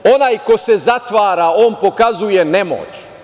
Onaj ko se zatvara pokazuje nemoć.